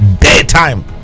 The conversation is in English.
daytime